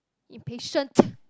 impatient